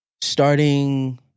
starting